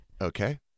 Okay